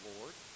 Lord